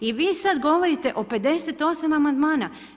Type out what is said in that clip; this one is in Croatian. I vi sad govorite o 58 amandmana.